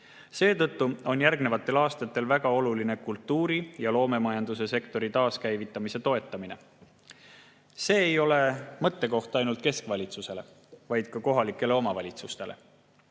Seetõttu on järgnevatel aastatel väga oluline toetada kultuuri ja loomemajanduse sektori taaskäivitamist. See ei ole mõttekoht ainult keskvalitsusele, vaid ka kohalikele omavalitsustele.Me